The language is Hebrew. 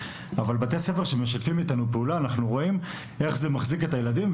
אבל בתי ספר שמשתפים איתנו פעולה אנחנו רואים איך זה מחזיק את הילדים.